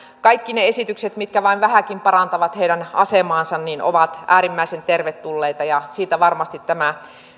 kaikki ne esitykset mitkä vain vähänkin parantavat heidän asemaansa ovat äärimmäisen tervetulleita ja siitä johtuu varmasti tämä